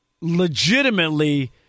legitimately